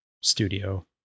studio